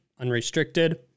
unrestricted